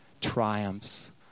triumphs